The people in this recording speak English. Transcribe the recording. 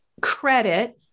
credit